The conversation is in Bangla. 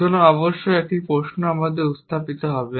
সুতরাং অবশ্যই একটি প্রশ্ন আমাদের উত্থাপিত হবে